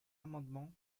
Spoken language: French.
amendement